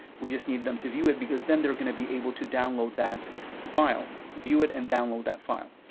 we just need them to view it because then they're going to be able to download that file. view it and download that file.